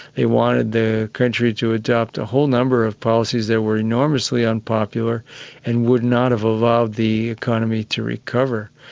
they wanted the country to adopt a whole number of policies that were enormously unpopular and would not have allowed the economy to recover.